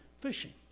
fishing